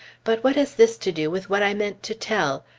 but what has this to do with what i meant to tell?